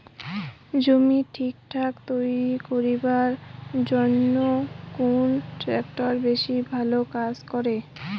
জমি ঠিকঠাক তৈরি করিবার জইন্যে কুন ট্রাক্টর বেশি ভালো কাজ করে?